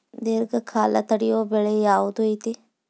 ದೇರ್ಘಕಾಲ ತಡಿಯೋ ಬೆಳೆ ಯಾವ್ದು ಐತಿ?